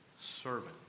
servant